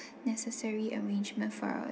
necessary arrangement for